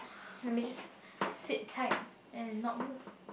let me just sit tight and not move